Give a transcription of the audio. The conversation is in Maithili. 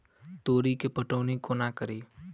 तोरी केँ पटौनी कोना कड़ी?